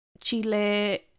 chile